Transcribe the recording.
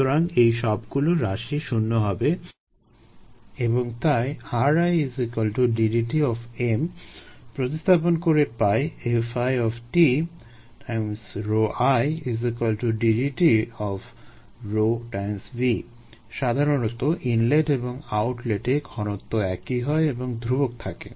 সুতরাং এই সবগুলো রাশি শূণ্য হবে এবং তাই ri d dt প্রতিস্থাপন করে পাই Fitiddt সাধারণত ইনলেট এবং আউটলেটে ঘনত্ব একই হয় এবং ধ্রুবক থাকে